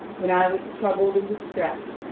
when i was troubled and distressed,